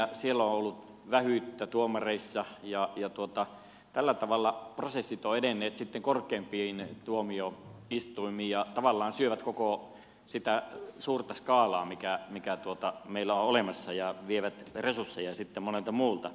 siellä on ollut vähyyttä tuomareissa ja tällä tavalla prosessit ovat edenneet sitten korkeampiin tuomioistuimiin ja tavallaan syövät koko sitä suurta skaalaa mikä meillä on olemassa ja vievät resursseja sitten monelta muulta